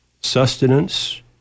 sustenance